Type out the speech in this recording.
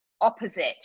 opposite